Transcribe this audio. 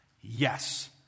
Yes